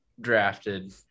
drafted